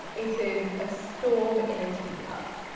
it is, a storm in a teacup,